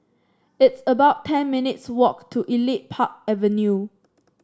it's about ten minutes walk to Elite Park Avenue